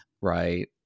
right